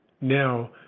now